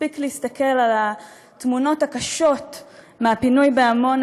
מספיק להסתכל על התמונות הקשות מהפינוי בעמונה